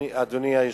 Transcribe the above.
אדוני היושב-ראש,